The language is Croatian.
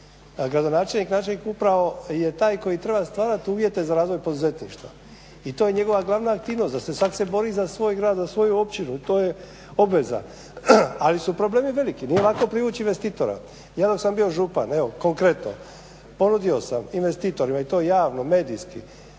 Gradonačelnik i načelnik upravo su ti koji trebaju stvarati uvjete za razvoj poduzetništva i to je njihova glavna aktivnost. Svak se bori za svoj grad, za svoju općinu i to je obveza. Ali su problemi veliki, nije lako privući investitora. Ja sam bio župan, evo konkretno, ponudio sam investitorima i to javno medijski